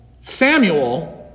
Samuel